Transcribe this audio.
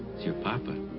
it's your papa's.